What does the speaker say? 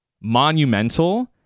monumental